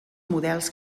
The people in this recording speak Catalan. models